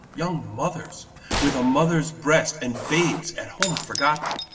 young mothers with a mother's breast and babes at home forgotten!